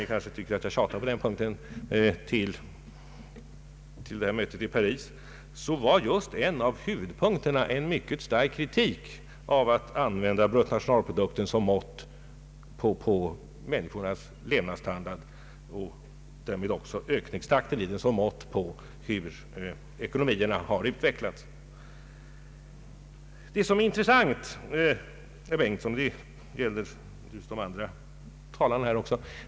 Ni tycker kanske att jag tjatar på den punkten, men för att återigen komma tillbaka till mötet i Paris vill jag nämna att en av huvudpunkterna där var just en mycket stark kritik mot att använda bruttonationalprodukten som mått på människornas levnadsstandard och därmed också ökningstakten som mått på hur ekonomierna har utvecklats.